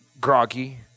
groggy